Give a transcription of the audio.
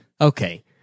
okay